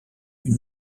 une